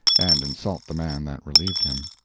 and insult the man that relieved him.